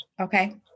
okay